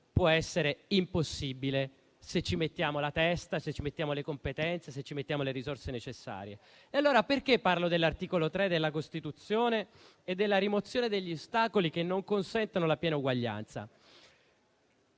può essere impossibile se ci mettiamo la testa, le competenze e le risorse necessarie. Perché parlo dunque dell'articolo 3 della Costituzione e della rimozione degli ostacoli che non consentono la piena uguaglianza?